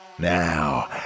Now